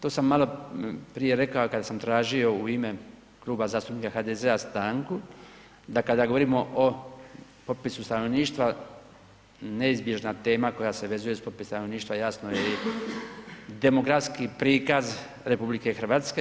To sam maloprije rekao kada sam tražio u ime Kluba zastupnika HDZ-a stanku, da kada govorimo o popisu stanovništva neizbježna tema koja se vezuje uz popis stanovništva jasno je i demografski prikaz RH.